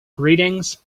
greetings